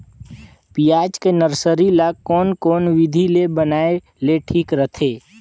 पियाज के नर्सरी ला कोन कोन विधि ले बनाय ले ठीक रथे?